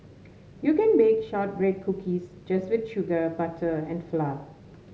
you can bake shortbread cookies just with sugar butter and flour